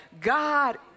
God